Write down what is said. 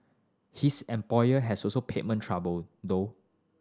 his employer also has payment trouble though